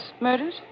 murdered